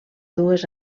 dues